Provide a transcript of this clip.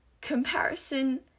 comparison